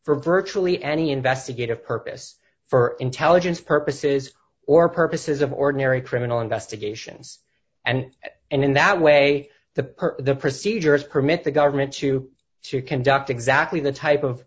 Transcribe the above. virtually any investigative purpose for intelligence purposes or purposes of ordinary criminal investigations and and in that way the per the procedures permit the government to conduct exactly the type of